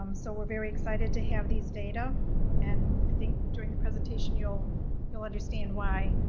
um so we're very excited to have these data and i think during the presentation you'll you'll understand why.